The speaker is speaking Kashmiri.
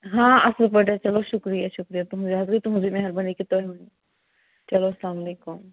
ہاں اَصٕل پٲٹھۍ چلو شُکریہ شُکریہ تُہٕنٛز یہِ حظ گٔے تُہٕنٛزٕے مہربٲنی کہِ تۅہہِ چلو اسلام علیکُم